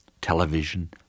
Television